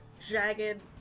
jagged